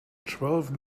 twelve